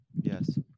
Yes